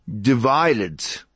divided